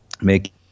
make